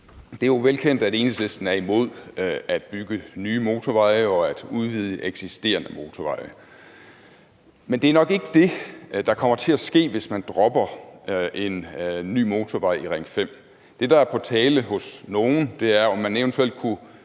Det er jo velkendt, at Enhedslisten er imod at bygge nye motorveje og at udvide eksisterende motorveje. Men det er nok ikke det, der kommer til at ske, hvis man dropper en ny motorvej i Ring 5. Det, der er på tale hos nogle, er, om man så eventuelt kunne